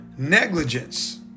Negligence